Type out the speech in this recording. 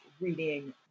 reading